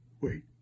Wait